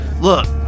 look